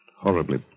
Horribly